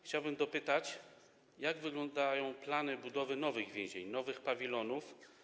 Chciałbym dopytać, jak wyglądają plany budowy nowych więzień, nowych pawilonów.